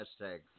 Hashtag